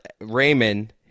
Raymond